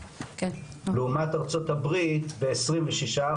לעומת ארצות הברית ב- 26%,